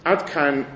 Adkan